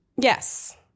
Yes